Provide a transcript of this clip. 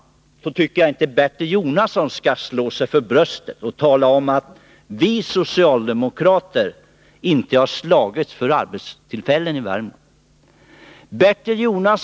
Jag tycker inte Bertil Jonasson skall slå sig för bröstet och påstå att vi socialdemokrater inte har slagits för arbetstillfällen i Värmland.